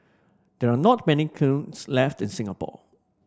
there are not many kilns left in Singapore